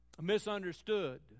misunderstood